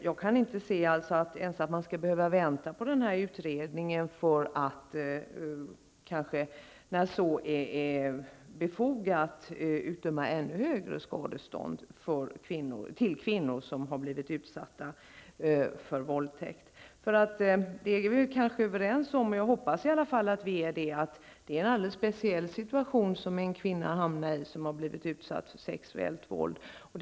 Jag kan inte inse att man skall behöva vänta på den här utredningen för att, när så är befogat, utdöma ännu högre skadestånd till kvinnor som har blivit utsatta för våldtäkt. Jag hoppas att vi är överens om uppfattningen att det är en mycket speciell situation som den kvinna som blivit utsatt för sexuellt våld har hamnat i.